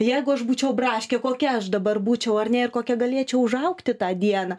jeigu aš būčiau braškė kokia aš dabar būčiau ar ne ir kokia galėčiau užaugti tą dieną